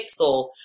Pixel